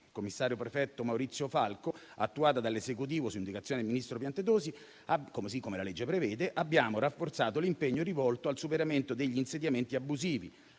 il commissario prefetto Maurizio Falco, attuata dall'Esecutivo su indicazione del ministro Piantedosi, così come la legge prevede, abbiamo rafforzato l'impegno rivolto al superamento degli insediamenti abusivi,